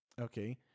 okay